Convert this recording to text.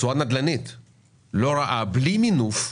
נדל"נית לא רעה בלי מינוף,